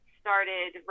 started